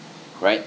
right